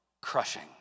crushing